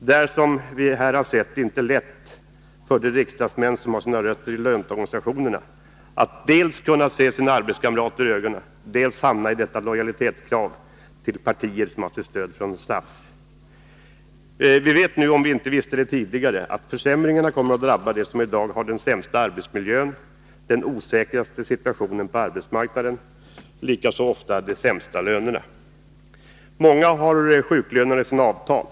Det är, som vi här har sett, inte lätt för de riksdagsmän som har sina rötter i löntagarorganisationerna att dels kunna se sina arbetskamrater i ögonen, dels hamna i denna lojalitetskonflikt i förhållande till partier som har sitt stöd från SAF. Vi vet nu, om vi inte visste det tidigare, att försämringarna kommer att drabba dem som i dag har den sämsta arbetsmiljön, den osäkraste situationen på arbetsmarknaden och oftast de sämsta lönerna. Många har sjuklönerna i sina avtal.